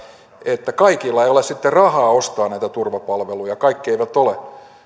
että kaikilla ei ole sitten rahaa ostaa näitä turvapalveluja kaikki eivät ole